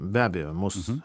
be abejo mus